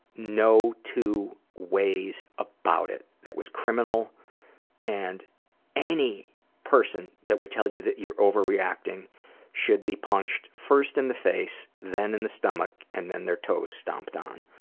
no two ways about it. that was criminal and any person that would tell you that you're overreacting should be punched, first in the face, then in the stomach and then their toes stomped on.